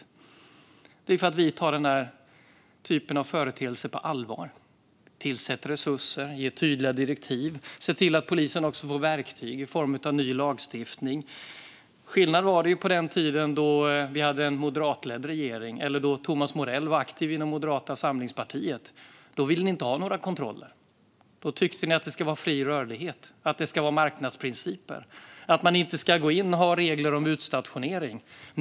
Detta beror på att vi tar denna typ av företeelse på allvar. Vi tillsätter resurser, ger tydliga direktiv och ser till att polisen får verktyg i form av ny lagstiftning. Det var skillnad på den tid då vi hade en moderatledd regering, eller då Thomas Morell var aktiv inom Moderata samlingspartiet. Då ville ni inte ha några kontroller. Då tyckte ni att det skulle vara fri rörlighet, att det skulle vara marknadsprinciper och att man inte skulle gå in och ha regler om utstationering.